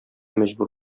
мәҗбүр